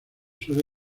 suele